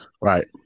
right